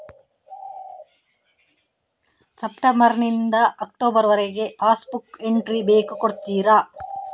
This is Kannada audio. ಸೆಪ್ಟೆಂಬರ್ ನಿಂದ ಅಕ್ಟೋಬರ್ ವರಗೆ ಪಾಸ್ ಬುಕ್ ಎಂಟ್ರಿ ಬೇಕು ಕೊಡುತ್ತೀರಾ?